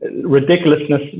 ridiculousness